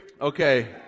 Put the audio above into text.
Okay